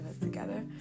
together